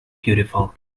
beautiful